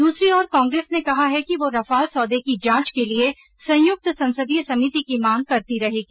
दूसरी ओर कांग्रेस ने कहा है कि वह रफाल सौदे की जांच के लिए संयुक्त संसदीय समिति की मांग करती रहेगी